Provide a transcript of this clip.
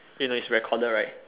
you know it's recorded right